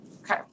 Okay